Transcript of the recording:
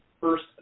first